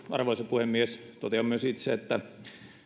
arvoisa puhemies totean myös itse että